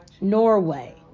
Norway